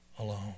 alone